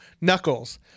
Knuckles